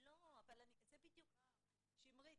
שמרית,